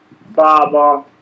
BABA